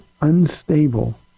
unstable